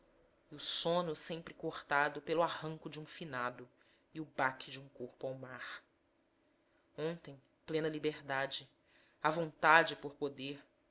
o sono sempre cortado pelo arranco de um finado e o baque de um corpo ao mar ontem plena liberdade a vontade por poder